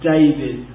David